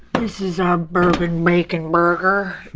this is our bourbon bacon burger.